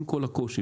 עם כל הקושי,